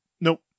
Nope